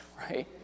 right